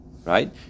Right